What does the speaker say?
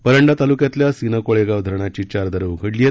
परंडा तालुक्यातल्या सीना कोळेगाव धरणाची चार दारं उघडली आहेत